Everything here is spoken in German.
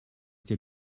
dir